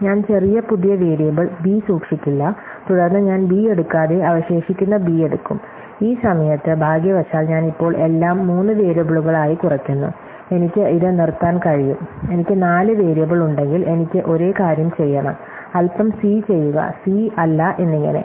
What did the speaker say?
ഞാൻ ചെറിയ പുതിയ വേരിയബിൾ ബി സൂക്ഷിക്കില്ല തുടർന്ന് ഞാൻ ബി എടുക്കാതെ അവശേഷിക്കുന്ന ബി എടുക്കും ഈ സമയത്ത് ഭാഗ്യവശാൽ ഞാൻ ഇപ്പോൾ എല്ലാം മൂന്ന് വേരിയബിളുകളായി കുറയ്ക്കുന്നു എനിക്ക് ഇത് നിർത്താൻ കഴിയും എനിക്ക് നാല് വേരിയബിൾ ഉണ്ടെങ്കിൽ എനിക്ക് ഒരേ കാര്യം ചെയ്യണം അല്പം സി ചെയ്യുക സി അല്ല എന്നിങ്ങനെ